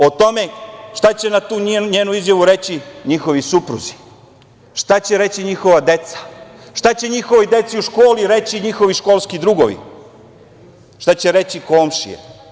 O tome šta će na tu njenu izjavu reći njihovi supruzi, šta će reći njihova deca, šta će njihovoj deci u školi reći njihovi školski drugovi, šta će reći komšije?